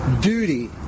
duty